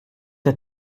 der